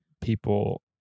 people